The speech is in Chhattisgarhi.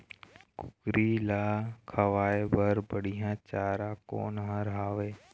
कुकरी ला खवाए बर बढीया चारा कोन हर हावे?